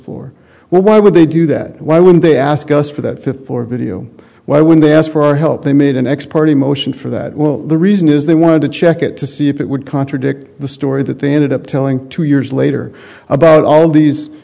floor where why would they do that why would they ask us for that fifth for video why when they asked for our help they made an x party motion for that well the reason is they wanted to check it to see if it would contradict the story that they ended up telling two years later about all these